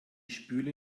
spüle